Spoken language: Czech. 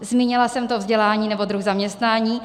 Zmínila jsem to vzdělání nebo druh zaměstnání.